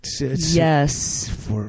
Yes